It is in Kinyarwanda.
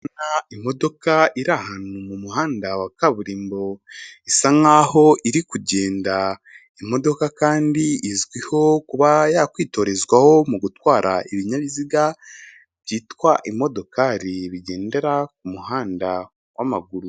Imodoka iri ahantu mu muhanda wa kaburimbo isa nkaho iri kugenda. imodoka kandi izwiho kuba yakwitorezwaho mu gutwara ibinyabiziga byitwa imodokari bigendera ku muhanda wamaguru.